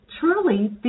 Truly